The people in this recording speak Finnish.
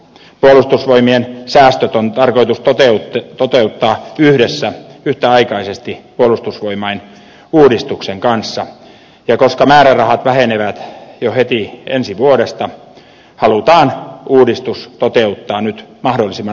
puolustusvoimien säästöt on tarkoitus toteuttaa yhdessä yhtäaikaisesti puolustusvoimain uudistuksen kanssa ja koska määrärahat vähenevät jo heti ensi vuodesta halutaan uudistus toteuttaa nyt mahdollisimman nopeasti